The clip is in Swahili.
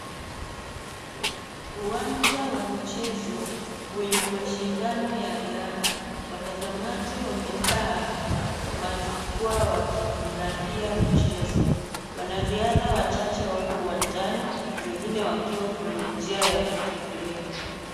Uwanja wa michezo wenye mashindano ya riadha watazamaji wamejaa majukwaw wakifurahia mchezo. Wanariadha wachache wako uwanjani na wengine wakiwa kwa njia ya kukimbia.